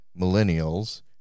millennials